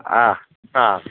ആ ആ